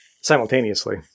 simultaneously